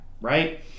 right